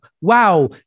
Wow